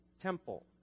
temple